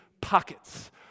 pockets